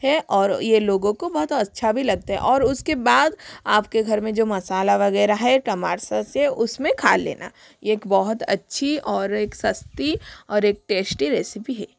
है और ये लोगों को बहुत अच्छा भी लगता है और उसके बाद आपके घर में जो मसाला वगैरह है टमाटर से उसने खा लेना एक बहुत अच्छी और एक सस्ती और एक टेस्टी रेसिपी है